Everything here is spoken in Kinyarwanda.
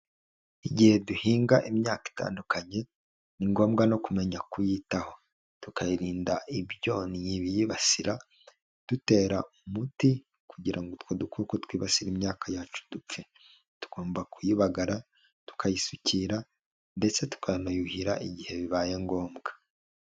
Igihe duhinga imyaka itandukanye, ni ngombwa no kumenya kuyitaho tukayirinda ibyonnyi biyibasira, dutera umuti kugira ngo utwo dukoko twibasira imyaka yacu dupfe. Tugomba kuyibagara, tukayisukira ndetse tukanayuhira igihe bibaye ngombwa.